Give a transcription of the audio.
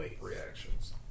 reactions